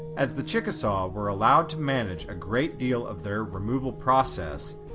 as the chickasaw were allowed to manage a great deal of their removal process,